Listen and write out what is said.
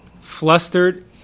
flustered